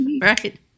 Right